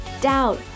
doubt